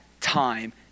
time